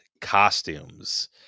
costumes